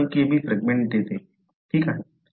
5 Kb fragment देते ठीक आहे